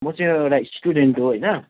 म चाहिँ एउटा स्टुडेन्ट हो होइन